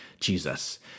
Jesus